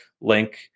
link